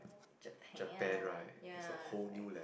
Japan ya it's like